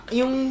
yung